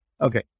Okay